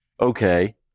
okay